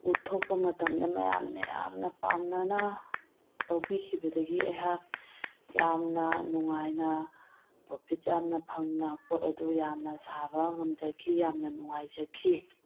ꯎꯠꯊꯣꯛꯄ ꯃꯇꯝꯗ ꯃꯌꯥꯝꯅ ꯌꯥꯝꯅ ꯄꯥꯝꯅꯅ ꯇꯧꯕꯤꯈꯤꯕꯗꯒꯤ ꯑꯩꯍꯥꯛ ꯌꯥꯝꯅ ꯅꯨꯡꯉꯥꯏꯅ ꯄ꯭ꯔꯣꯐꯤꯠ ꯌꯥꯝꯅ ꯐꯪꯅ ꯄꯣꯠ ꯑꯗꯨ ꯌꯥꯝꯅ ꯁꯥꯕ ꯉꯝꯖꯈꯤ ꯌꯥꯝꯅ ꯅꯨꯡꯉꯥꯏꯖꯈꯤ